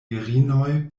virinoj